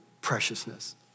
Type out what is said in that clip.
preciousness